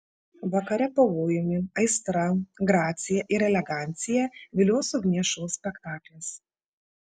vakare pavojumi aistra gracija ir elegancija vilios ugnies šou spektaklis